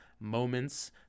moments